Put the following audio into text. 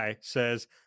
says